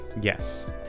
Yes